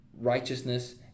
righteousness